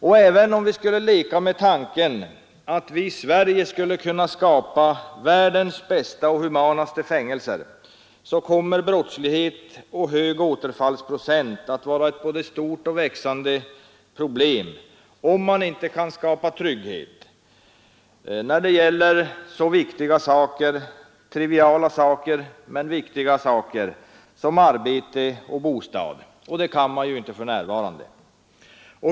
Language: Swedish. Och även om vi skulle leka med tanken på att vi i Sverige skulle kunna skapa världens bästa och humanaste fängelser kommer brottslighet och hög återfallsprocent att vara ett både stort och växande problem om man inte kan skapa trygghet när det gäller så triviala men viktiga ting som arbete och bostad. Och det kan man inte för närvarande.